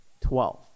Twelve